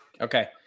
Okay